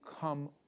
come